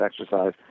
exercise